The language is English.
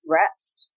rest